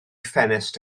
ffenest